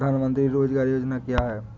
प्रधानमंत्री रोज़गार योजना क्या है?